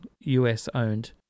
US-owned